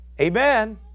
Amen